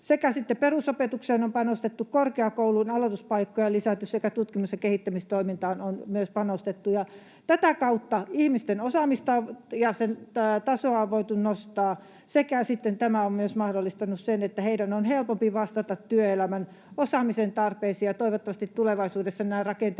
perusopetukseen on panostettu, korkeakoulujen aloituspaikkoja on lisätty sekä tutkimus- ja kehittämistoimintaan on myös panostettu. Tätä kautta ihmisten osaamista ja sen tasoa on voitu nostaa, ja tämä on myös mahdollistanut sen, että heidän on helpompi vastata työelämän osaamisen tarpeisiin. Toivottavasti tulevaisuudessa nämä rakenteelliset